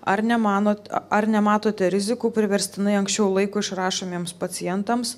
ar nemanot ar nematote rizikų priverstinai anksčiau laiko išrašomiems pacientams